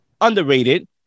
underrated